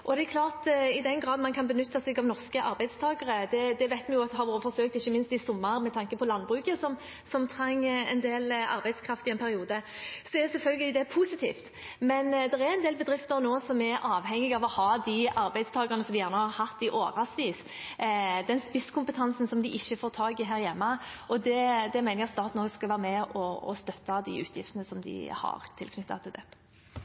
Det er klart at i den grad en kan benytte seg av norske arbeidstakere – det vet vi jo har vært forsøkt, ikke minst i sommer, med tanke på landbruket, som trengte en del arbeidskraft i en periode – er selvfølgelig det positivt. Men det er en del bedrifter nå som er avhengig av å ha de arbeidstakerne de gjerne har hatt i årevis, den spisskompetansen de ikke får tak i her hjemme, og jeg mener at staten også skal være med og støtte de utgiftene de har knyttet til det.